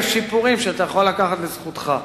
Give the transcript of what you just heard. יש שיפורים שאתה יכול לקחת לזכותך.